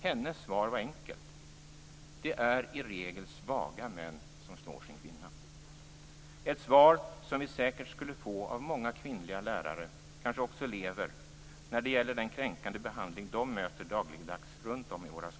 Hennes svar var enkelt: "Det är i regel svaga män som slår sin kvinna." Det är ett svar som vi säkert skulle få av många kvinnliga lärare och kanske också elever när det gäller den kränkande behandling de möter dagligdags runt om i våra skolor.